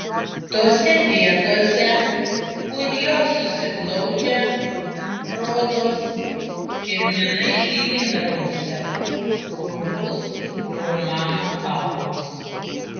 tose vietose kur jos susiglaudžia rodos kirminai gilyn rausia urvus pro mano kaulus